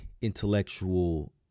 intellectual